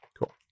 Cool